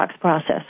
process